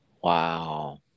wow